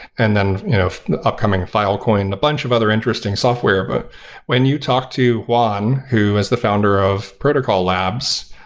and then you know the upcoming file coin, a bunch of other interesting software. but when you talk to juan, who is the founder of protocol labs,